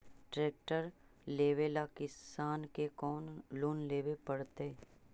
Tractor लेवेला किसान के कौन लोन लेवे पड़तई?